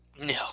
No